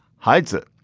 hides it.